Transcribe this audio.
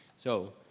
so,